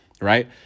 Right